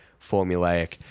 formulaic